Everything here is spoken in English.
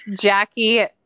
Jackie